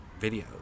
videos